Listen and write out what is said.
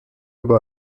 über